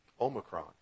Omicron